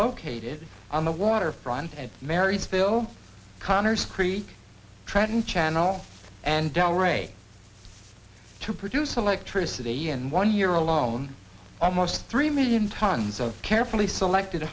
located on the waterfront and married still conner's creek trenton channel and del ray to produce electricity in one year alone almost three million tons of carefully selected